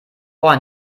ein